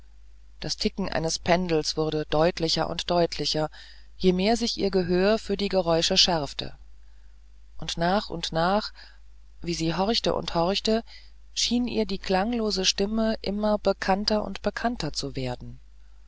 das ticken eines pendels wurde deutlicher und deutlicher je mehr sich ihr gehör für die geräusche schärfte und nach und nach wie sie horchte und horchte schien ihr die klanglose stimme immer bekannter und bekannter zu werden